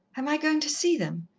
am i going to see them?